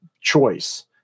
choice